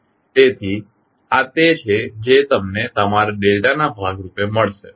તેથી આ તે છે જે તમને તમારા ડેલ્ટા ના ભાગ રૂપે મળશે